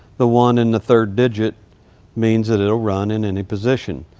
the one in the third digit means that it'll run in any position.